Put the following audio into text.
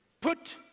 Put